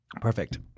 Perfect